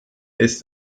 ist